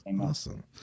Awesome